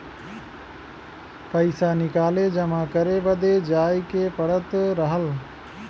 पइसा निकाले जमा करे बदे जाए के पड़त रहल